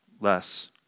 less